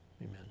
amen